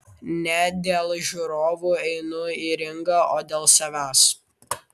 ne dėl žiūrovų einu į ringą o dėl savęs